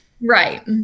Right